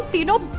you know